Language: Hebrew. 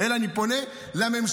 אלא אני פונה לממשלה,